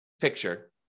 picture